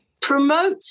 Promote